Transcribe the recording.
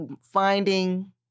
finding